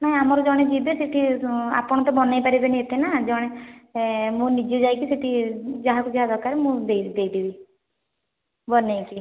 ନାଇଁ ଆମର ଜଣେ ଯିବେ ସେଠି ଆପଣ ତ ବନେଇପାରିବେନି ଏତେ ନା ଜଣେ ମୁଁ ନିଜେ ଯାଇକି ସେଠି ଯାହାକୁ ଯାହା ଦରକାର ମୁଁ ଦେଇ ଦେଇଦେବି ବନେଇକି